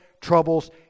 troubles